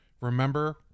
Remember